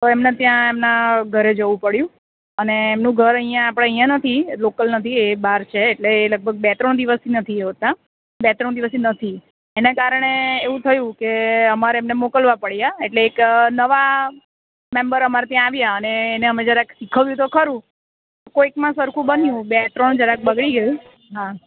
તો એમને ત્યાં એમના ઘરે જવું પડ્યું અને એમનું ઘર આપણે અહીં અહીં નથી લોકલ નથી એ બહાર છે એટલે લગભગ બે ત્રણ દિવસ નથી હોતા બે ત્રણ દિવસથી નથી એને કારણે એવું થયું કે અમારે એમને મોકલવા પડયા એટલે એક નવા મેમ્બર અમારે ત્યાં આવ્યા અને એને અમે જરાક શીખવ્યું તો ખરું કોઇકમાં સરખું બન્યું બે ત્રણ જરાક બગડી ગયું હાં